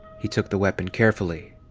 he took the weapon carefully.